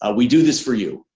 ah we do this for you,